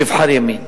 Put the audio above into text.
הוא יבחר ימין.